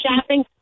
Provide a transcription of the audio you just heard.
shopping